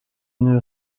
une